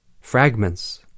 fragments